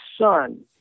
son